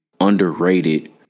Underrated